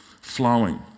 flowing